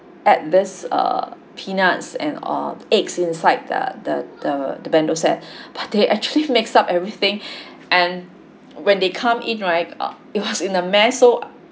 add this uh peanuts and uh eggs inside the the the the bento set but they actually mixed up everything and when they come in right uh it was in a mess so